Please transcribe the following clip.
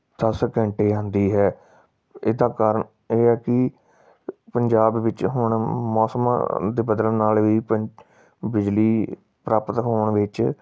ਦਸ ਘੰਟੇ ਆਉਂਦੀ ਹੈ ਇਹਦਾ ਕਾਰਨ ਇਹ ਹੈ ਕਿ ਪੰਜਾਬ ਵਿੱਚ ਹੁਣ ਮੌਸਮਾਂ ਦੇ ਬਦਲਣ ਨਾਲ ਵੀ ਬ ਬਿਜਲੀ ਪ੍ਰਾਪਤ ਹੋਣ ਵਿੱਚ